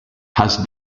has